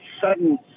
sudden